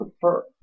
prefer